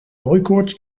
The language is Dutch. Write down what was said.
hooikoorts